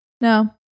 no